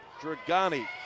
Dragani